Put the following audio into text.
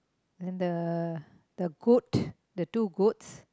then the the goat the two goats